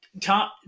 Tom